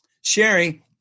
Sherry